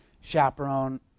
chaperone